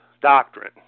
doctrine